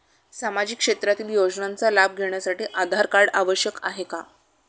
सामाजिक क्षेत्रातील योजनांचा लाभ घेण्यासाठी आधार कार्ड आवश्यक आहे का?